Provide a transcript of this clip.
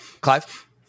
Clive